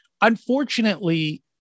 unfortunately